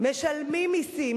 משלמים מסים,